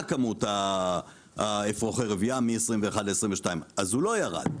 כמות אפרוחי הרבייה עלתה, ולא ירדה,